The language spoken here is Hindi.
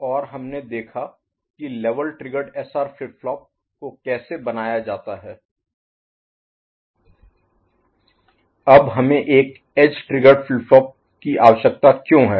और हमने देखा कि level triggered SR flip flop को कैसे बनाया जाता है अब हमें एक एज ट्रिगर्ड फ्लिप फ्लॉप की आवश्यकता क्यों है